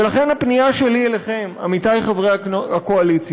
ולכן הפנייה שלי אליכם, עמיתי חברי הקואליציה: